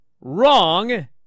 wrong